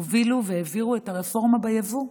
הובילו והעבירו את הרפורמה ביבוא.